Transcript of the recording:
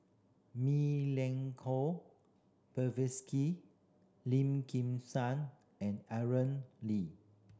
Milenko Prvacki Lim Kim San and Aaron Lee